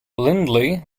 lindley